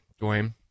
Dwayne